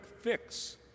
fix